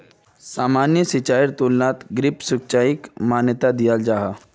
सामान्य सिंचाईर तुलनात ड्रिप सिंचाईक प्राथमिकता दियाल जाहा